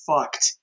fucked